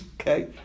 okay